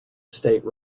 state